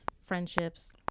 friendships